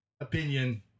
opinion